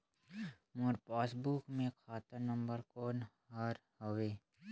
मोर passbook मे खाता number कोन हर हवे?